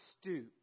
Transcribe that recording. stoop